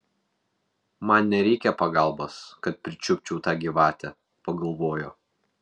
man nereikia pagalbos kad pričiupčiau tą gyvatę pagalvojo